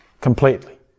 Completely